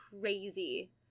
crazy